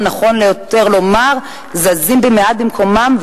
או נכון יותר לומר: זזים מעט במקומם,